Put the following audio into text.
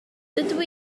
dydw